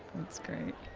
that's great.